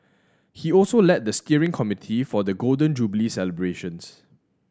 he also led the steering committee for the Golden Jubilee celebrations